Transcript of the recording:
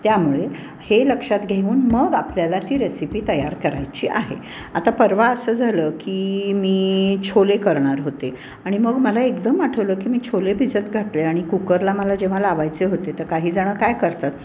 त्यामुळे हे लक्षात घेऊन मग आपल्याला ही रेसिपी तयार करायची आहे आता परवा असं झालं की मी छोले करणार होते आणि मग मला एकदम आठवलं की मी छोले भिजत घातले आणि कुकरला मला जेव्हा लावायचे होते तर काही जणं काय करतात